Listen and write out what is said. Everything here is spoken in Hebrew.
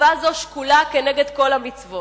מצווה זו שקולה כנגד כל המצוות.